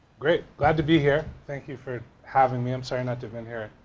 great, glad to be here, thank you for having me. i'm sorry not to been here,